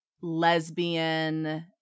lesbian